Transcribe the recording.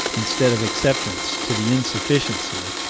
instead of acceptance to the insufficiency,